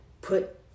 put